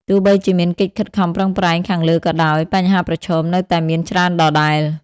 ទោះបីជាមានកិច្ចខិតខំប្រឹងប្រែងខាងលើក៏ដោយ បញ្ហាប្រឈមនៅតែមានច្រើនដដែល។